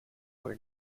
were